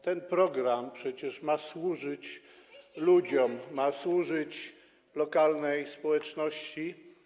Ten program przecież ma służyć ludziom, ma służyć lokalnej społeczności.